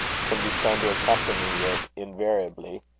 can be shown to accompany it invariably?